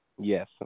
Yes